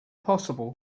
possible